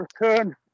return